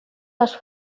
les